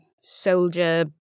soldier